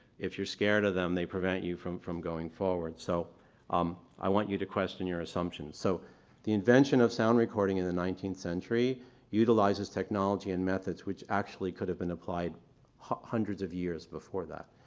if you're scared of them, they prevent you from from going forward. so um i want you to question your assumptions. so the invention of sound recording in the nineteenth century utilizes technology and methods which actually could have been applied hundreds of years before that.